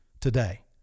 today